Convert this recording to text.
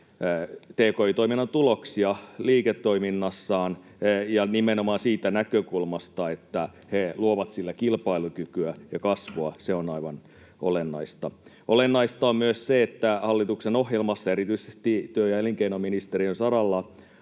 tki-toiminnan tuloksia liiketoiminnassaan ja nimenomaan siitä näkökulmasta, että ne luovat sillä kilpailukykyä ja kasvua. Olennaista on myös se, että hallituksen ohjelmassa erityisesti työ- ja elinkeinoministeriön saralla